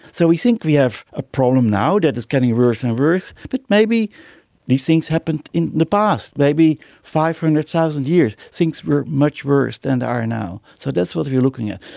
so we think we have a problem now that is getting worse and worse, but maybe these things happened in the past, maybe five hundred thousand years, things were much worse than they are now. so that's what we are looking at.